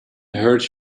hurt